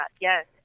yes